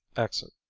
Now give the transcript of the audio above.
exit.